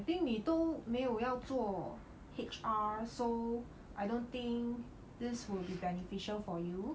think 你都没有要做 H_R so I don't think this will be beneficial for you